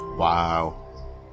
Wow